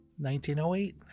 1908